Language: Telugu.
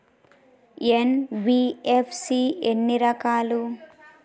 ఎన్.బి.ఎఫ్.సి ఎన్ని రకాలు?